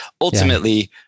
ultimately